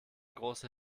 große